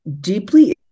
deeply